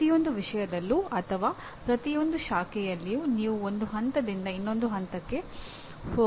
ಪ್ರತಿಯೊಂದು ವಿಷಯದಲ್ಲೂ ಅಥವಾ ಪ್ರತಿಯೊಂದು ಶಾಖೆಯಲ್ಲಿಯೂ ನೀವು ಒಂದು ಹಂತದಿಂದ ಇನ್ನೊಂದಕ್ಕೆ ಹೋಗಬೇಕು